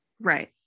Right